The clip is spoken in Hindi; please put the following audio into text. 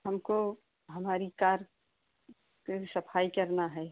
हमको हमारी कार के सफ़ाई करना है